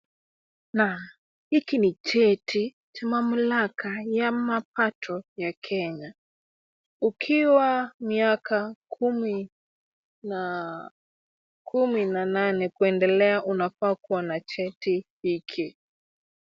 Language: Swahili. Naam! Hiki ni cheti cha mamlaka ya mapato ya Kenya. Ukiwa miaka kumi na, kumi na nane kuendelea, unafaa kuwa na cheti hiki.